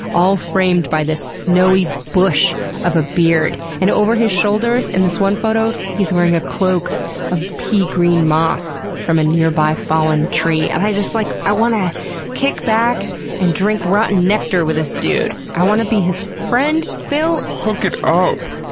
all framed by this snowy bush of a beard. and over his shoulders, in this one photo, he's wearing a cloak of pea-green moss from a nearby fallen tree. and i just like wanna kick back and drink rotten nectar with this dude. i wanna be his friend! phil, hook it up!